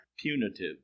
punitive